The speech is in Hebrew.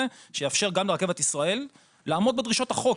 שיאפשר גם לרכבת ישראל לעמוד בדרישות החוק,